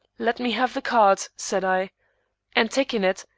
let me have the card, said i and taking it,